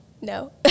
No